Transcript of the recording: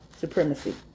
supremacy